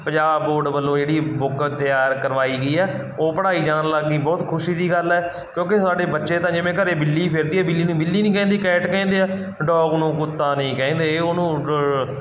Punjab board ਵੱਲੋਂ ਜਿਹੜੀ book ਤਿਆਰ ਕਰਵਾਈ ਗਈ ਆ ਉਹ ਪੜ੍ਹਾਈ ਜਾਣ ਲੱਗ ਗਈ ਬਹੁਤ ਖੁਸ਼ੀ ਦੀ ਗੱਲ ਹੈ ਕਿਉਂਕਿ ਸਾਡੇ ਬੱਚੇ ਤਾਂ ਜਿਵੇਂ ਘਰ ਬਿੱਲੀ ਫਿਰਦੀ ਹੈ ਬਿੱਲੀ ਨੂੰ ਬਿੱਲੀ ਨਹੀਂ ਕਹਿੰਦੇ ਕੈਟ ਕਹਿੰਦੇ ਆ ਡੋਗ ਨੂੰ ਕੁੱਤਾ ਨਹੀਂ ਕਹਿੰਦੇ ਉਹਨੂੰ ਡ